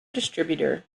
distributor